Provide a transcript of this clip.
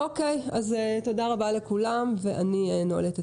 אוקיי, תודה רבה, הישיבה נעולה.